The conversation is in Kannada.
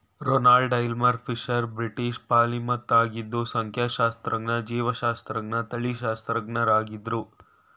Ronald Aylmer Fisher British polymath ಆಗಿದ್ದು ಸಂಖ್ಯಾಶಾಸ್ತ್ರಜ್ಞ ಜೀವಶಾಸ್ತ್ರಜ್ಞ ತಳಿಶಾಸ್ತ್ರಜ್ಞರಾಗಿದ್ರು